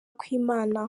kw’imana